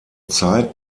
zeit